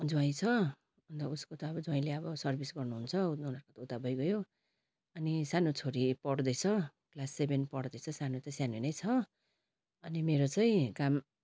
जुवाइँ छ अन्त उसको त अब जुवाइँले अब सर्भिस गर्नुहुन्छ उनीहरूको उता भइगयो अनि सानो छोरी पढ्दैछ क्लास सेभेन पढ्दैछ सानो चाहिँ सानो नै छ अनि मेरो चाहिँ काम